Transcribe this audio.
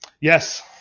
yes